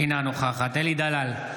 אינה נוכחת אלי דלל,